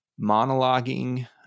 monologuing